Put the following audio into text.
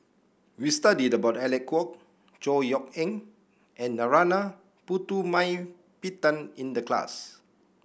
we studied about Alec Kuok Chor Yeok Eng and Narana Putumaippittan in the class